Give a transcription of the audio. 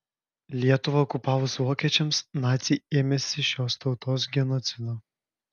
lietuvą okupavus vokiečiams naciai ėmėsi šios tautos genocido